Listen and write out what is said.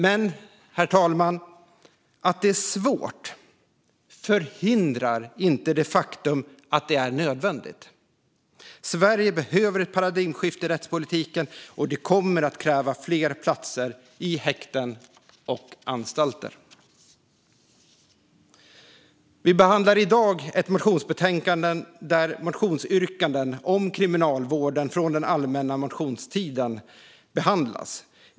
Men, herr talman, att det är svårt förändrar inte det faktum att det är nödvändigt. Sverige behöver ett paradigmskifte i rättspolitiken, och det kommer att kräva fler platser i häkten och anstalter. Vi behandlar i dag ett motionsbetänkande där motionsyrkanden om kriminalvården från den allmänna motionstiden behandlas.